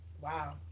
Wow